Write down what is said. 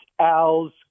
Al's